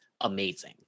amazing